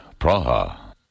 Praha